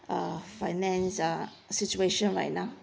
uh finance uh situation right now